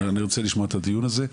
אני רוצה לשמוע את הדיון הזה.